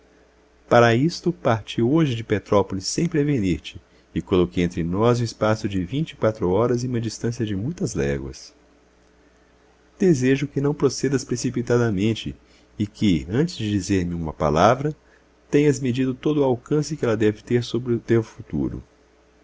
para isto parti hoje de petrópolis sem prevenir-te e coloquei entre nós o espaço de vinte e quatro horas e uma distância de muitas léguas desejo que não procedas precipitadamente e que antes de dizer-me uma palavra tenhas medido todo o alcance que ela deve ter sobre o teu futuro